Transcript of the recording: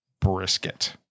brisket